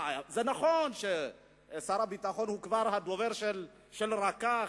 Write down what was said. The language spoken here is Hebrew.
זה נכון ששר הביטחון הוא כבר הדובר של "כך",